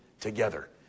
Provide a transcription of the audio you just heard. together